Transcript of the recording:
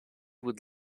would